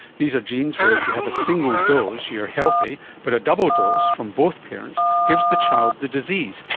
these are genes where if you have a single dose you are healthy, but a double dose from both parents gives the child to the disease,